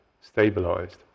stabilized